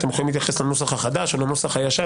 אתם יכולים להתייחס לנוסח החדש או לנוסח הישן.